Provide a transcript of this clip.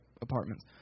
apartments